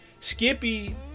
Skippy